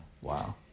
Wow